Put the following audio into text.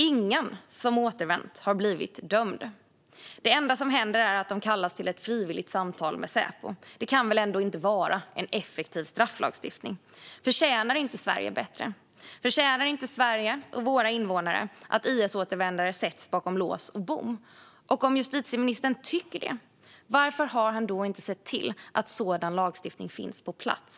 Ingen som har återvänt har blivit dömd. Det enda som händer är att de kallas till ett frivilligt samtal med Säpo. Det kan väl ändå inte vara en effektiv strafflagstiftning. Förtjänar inte Sverige bättre? Förtjänar inte Sverige och våra invånare att IS-återvändare sätts bakom lås och bom? Och om justitieministern tycker det - varför har han då inte sett till att sådan lagstiftning finns på plats?